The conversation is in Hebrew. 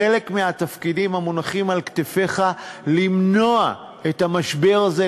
חלק מהתפקידים המונחים על כתפיך הוא למנוע את המשבר הזה,